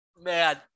man